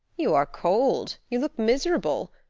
you are cold you look miserable.